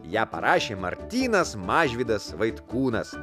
ją parašė martynas mažvydas vaitkūnas